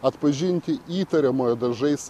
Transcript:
atpažinti įtariamojo dažais